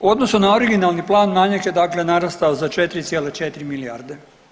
U odnosu na originalni plan manjak je dakle narastao za 4,4 milijarde.